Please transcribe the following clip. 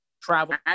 travel